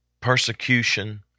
persecution